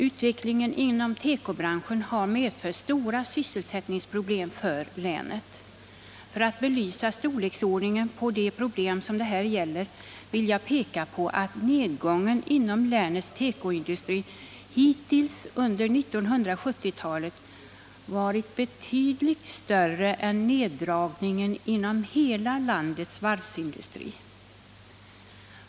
Utvecklingen inom tekobranschen har medfört stora sysselsättningsproblem för länet. För att belysa storleksordningen på de problem som det här gäller vill jag peka på att nedgången inom länets tekoindustri hittills under 1970-talet varit betydligt större än neddragningen inom hela landets varvsindustri.